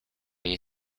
you